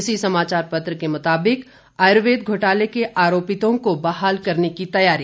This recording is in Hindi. इसी समाचार पत्र के मुताबिक आयुर्वेद घोटाले के आरोपितों को बहाल करने की तैयारी